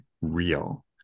real